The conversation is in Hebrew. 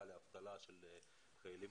הסללה של תכנית,